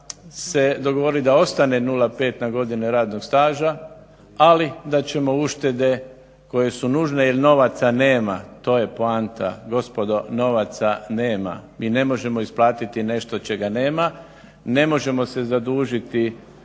se dogovorili da ostane 0,5 na godine radnog staža ali da ćemo uštede koje su nužne jer novaca nema to je poanta gospodo novaca nema. Mi ne možemo isplatiti nešto čega nema, ne možemo se zadužiti